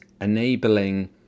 enabling